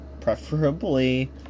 preferably